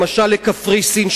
למשל לקפריסין,